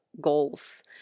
goals